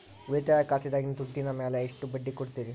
ಉಳಿತಾಯ ಖಾತೆದಾಗಿನ ದುಡ್ಡಿನ ಮ್ಯಾಲೆ ಎಷ್ಟ ಬಡ್ಡಿ ಕೊಡ್ತಿರಿ?